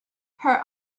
her